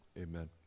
amen